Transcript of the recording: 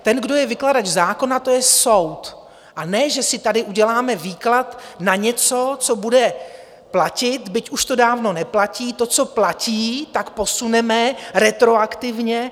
Ten, kdo je vykladač zákona, to je soud, a ne že si tady uděláme výklad na něco, co bude platit, byť už to dávno neplatí, to, co platí, posuneme retroaktivně.